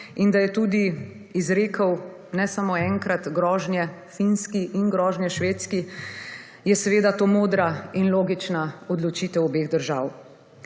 in da je tudi izrekel ne samo enkrat grožnje Finski in grožnje Švedski je seveda to modra in logična odločitev obeh držav.